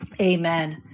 Amen